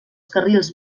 carrils